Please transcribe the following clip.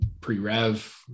pre-rev